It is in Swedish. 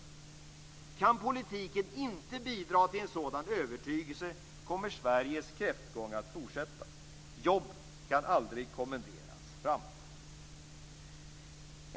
Om politiken inte kan bidra till en sådan övertygelse kommer Sveriges kräftgång att fortsätta. Jobb kan aldrig kommenderas fram.